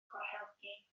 corhelgi